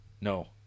No